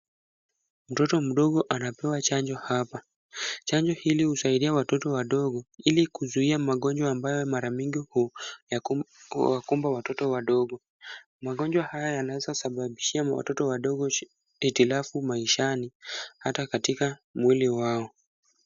Mtoto mdogo anapewa chanjo hapa, chanjo hili husaidia watoto wadogo ili kuzuia magonjwa ambayo mara mingi huyakumba watoto wadogo. Magonjwa haya yanaweza sababishia watoto wadogo hitilafu maishani hata katika mwili wao.